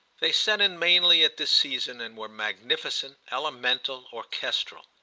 they set in mainly at this season and were magnificent, elemental, orchestral.